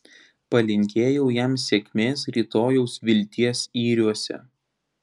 palinkėjau jam sėkmės rytojaus vilties yriuose